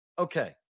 okay